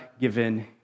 given